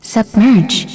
Submerge